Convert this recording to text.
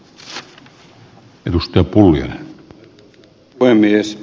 arvoisa puhemies